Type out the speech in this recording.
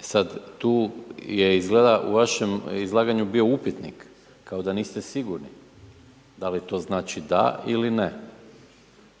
sad, tu je izgleda u vašem izlaganju bio upitnik kao da niste sigurni da li to znači DA ili NE,